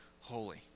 holy